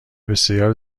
بسیار